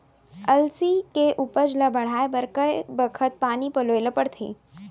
अलसी के उपज ला बढ़ए बर कय बखत पानी पलोय ल पड़थे?